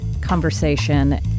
conversation